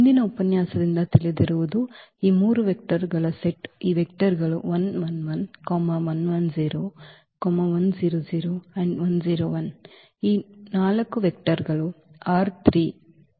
ಹಿಂದಿನ ಉಪನ್ಯಾಸದಿಂದ ತಿಳಿಧಿರುವುಧು ಈ 3 ವೆಕ್ಟರ್ ಗಳ ಸೆಟ್ ಈ ವೆಕ್ಟರ್ ಗಳು ಈ 4 ವೆಕ್ಟರ್ ಗಳು ರ ವ್ಯಾಪಕ ಗುಂಪನ್ನು ರೂಪಿಸುತ್ತವೆ